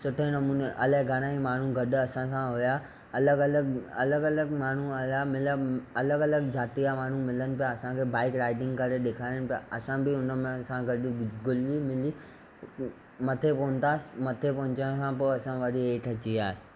सुठे नमूने इलाही घणा ई माण्हू गॾु असां सा हुया अलॻि अलॻि अलॻि अलॻि माण्हूं आया मिलिया अलॻि अलॻि ज़ाति जा माण्हूं मिलन पिया असांखे बाइक राइडिंग करे ॾेखारनि पिया असां बि हुन में असां गॾु घुली मिली मथे पहुतासीं मथे पहुचण खां पोइ असां वरी हेठि अची वियासीं